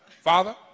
Father